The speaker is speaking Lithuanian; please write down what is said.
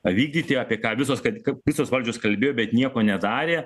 vykdyti apie ką visos kad kap visos valdžios kalbėjo bet nieko nedarė